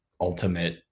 ultimate